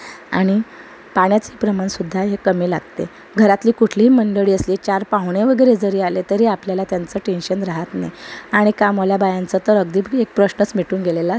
आणि पाण्याचे प्रमाणसुद्धा हे कमी लागते घरातली कुठलीही मंडळी असली चार पाहुणे वगैरे जरी आले तरी आपल्याला त्यांचं टेंशन राहत नाही आणि कामवाल्या बायांचं तर अगदी बी प्रश्नच मिटून गेलेला असतो